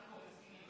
שאנחנו מסכימים לו.